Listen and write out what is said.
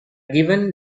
given